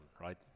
right